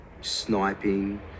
sniping